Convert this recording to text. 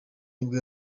nibwo